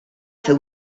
fer